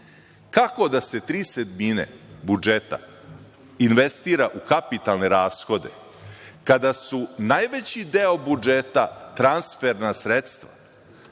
Kako da se tri sedmine budžeta investira u kapitalne rashode kada su najveći deo budžeta transferna sredstva